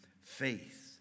faith